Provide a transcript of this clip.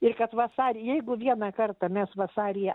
ir kad vasarį jeigu vieną kartą mes vasaryje